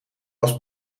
was